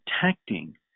protecting